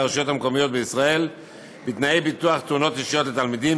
הרשויות המקומיות בישראל בתנאי ביטוח תאונות אישיות לתלמידים.